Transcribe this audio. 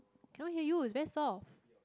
cannot hear you it's very soft